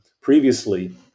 previously